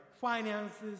finances